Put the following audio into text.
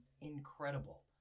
incredible